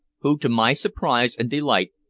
who, to my surprise and delight,